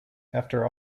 after